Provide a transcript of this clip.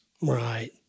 Right